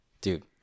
Dude